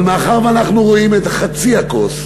אבל מאחר שאנחנו רואים את חצי הכוס,